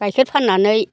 गाइखेर फाननानै